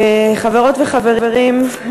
חברות וחברים,